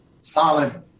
solid